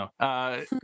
No